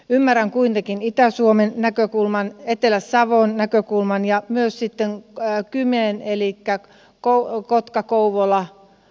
ymmärrän kuitenkin itä suomen näkökulman etelä savon näkökulman ja myös sitten kymen elik kä kotkakouvolahamina alueen näkökulman